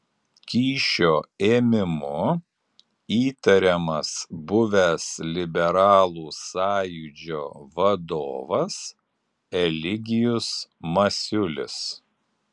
kyšio ėmimu įtariamas buvęs liberalų sąjūdžio vadovas eligijus masiulis